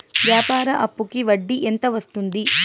వ్యాపార అప్పుకి వడ్డీ ఎంత వస్తుంది?